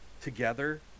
together